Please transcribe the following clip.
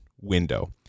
window